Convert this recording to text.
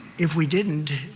if we didn't,